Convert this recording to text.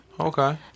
Okay